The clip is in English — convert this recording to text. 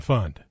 Fund